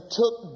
took